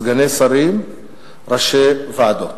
סגני שרים וראשי ועדות.